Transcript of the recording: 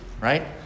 Right